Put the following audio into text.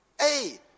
Hey